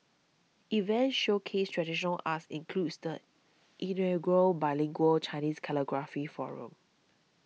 events showcase traditional arts includes the inaugural bilingual Chinese calligraphy forum